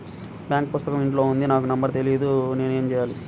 Bank పుస్తకం ఇంట్లో ఉంది నాకు నంబర్ తెలియదు నేను ఏమి చెయ్యాలి?